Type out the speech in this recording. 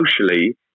socially